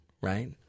right